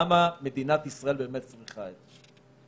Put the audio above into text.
למה מדינת ישראל באמת צריכה את זה?